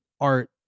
art